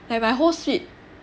and my whole slip